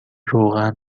روغن